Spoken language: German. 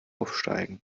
aufsteigen